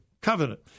covenant